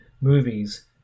movies